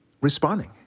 responding